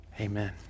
Amen